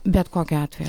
bet kokiu atveju